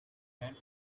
then